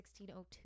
1602